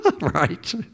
Right